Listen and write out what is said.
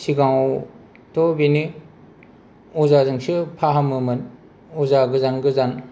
सिगाङावथ' बेनो अजाजोंसो फाहामोमोन अजा गोजान गोजान